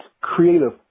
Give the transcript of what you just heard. creative